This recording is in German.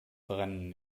brennen